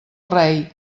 rei